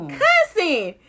cussing